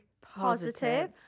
positive